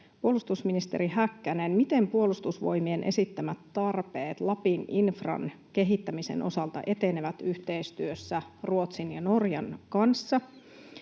puolustusministeri Häkkänen: miten Puolustusvoimien esittämät tarpeet Lapin infran kehittämisen osalta etenevät yhteistyössä Ruotsin ja Norjan kanssa?